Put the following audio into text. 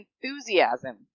enthusiasm